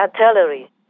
artillery